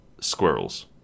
squirrels